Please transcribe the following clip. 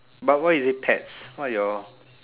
but why you say pets why your